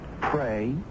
pray